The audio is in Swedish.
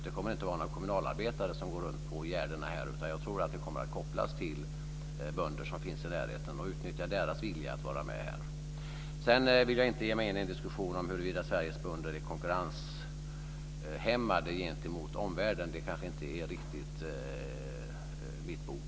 Det kommer inte att vara några kommunalarbetare som går runt på gärdena, utan jag tror att det kommer att kopplas till bönder som finns i närheten och till att man utnyttjar deras vilja att vara med. Sedan vill jag inte ge mig in i en diskussion huruvida Sveriges bönder är konkurrenshämmade gentemot omvärlden. Det är kanske inte riktigt mitt bord.